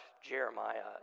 Jeremiah